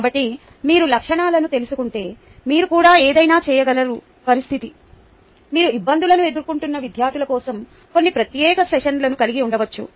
కాబట్టి మీరు లక్షణాలను తెలుసుకుంటే మీరు కూడా ఏదైనా చేయగలరు పరిస్థితి మీరు ఇబ్బందులను ఎదుర్కొంటున్న విద్యార్థుల కోసం కొన్ని ప్రత్యేక సెషన్లను కలిగి ఉండవచ్చు